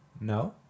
No